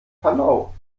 panau